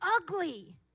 ugly